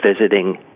visiting